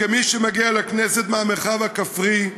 כמי שמגיע אל הכנסת מהמרחב הכפרי,